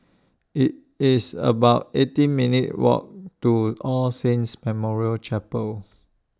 IT It's about eighteen minutes' Walk to All Saints Memorial Chapel